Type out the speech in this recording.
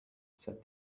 said